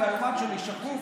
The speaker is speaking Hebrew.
היומן שלי שקוף,